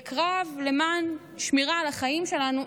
בקרב למען שמירה על החיים שלנו,